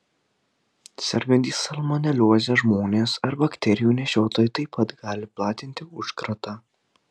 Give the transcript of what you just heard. sergantys salmonelioze žmonės ar bakterijų nešiotojai taip pat gali platinti užkratą